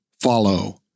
follow